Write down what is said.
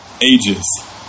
ages